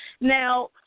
Now